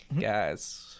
guys